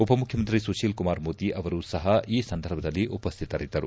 ಉಪಮುಖ್ಯಮಂತ್ರಿ ಸುಶೀಲ್ಕುಮಾರ್ ಮೋದಿ ಅವರೂ ಸಹ ಈ ಸಂದರ್ಭದಲ್ಲಿ ಉಪಸ್ಥಿತರಿದ್ದರು